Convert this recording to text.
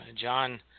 John